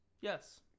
yes